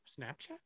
Snapchat